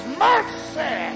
mercy